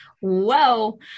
whoa